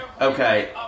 Okay